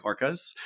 orcas